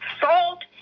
Salt